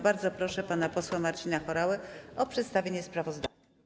Bardzo proszę pana posła Marcina Horałę o przedstawienie sprawozdania.